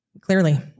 clearly